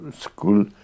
school